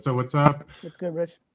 so what's up? what's good, rich.